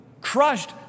crushed